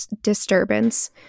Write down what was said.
disturbance